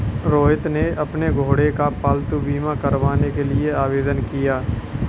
रोहित ने अपने घोड़े का पालतू बीमा करवाने के लिए आवेदन किया